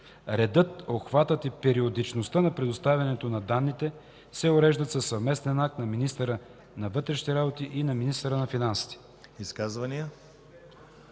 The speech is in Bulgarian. Редът, обхватът и периодичността на предоставянето на данните се уреждат със съвместен акт на министъра на вътрешните работи и министъра на финансите.”